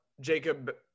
Jacob